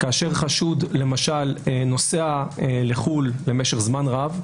כאשר חשוד למשל נוסע לחו"ל למשך זמן רב,